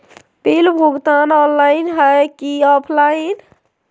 Bill भुगतान online है की ऑफलाइन?